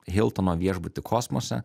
hiltono viešbuty kosmose